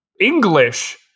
English